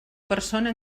persona